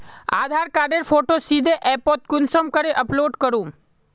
आधार कार्डेर फोटो सीधे ऐपोत कुंसम करे अपलोड करूम?